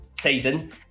Season